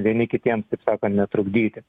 vieni kitiems taip sakant netrukdyti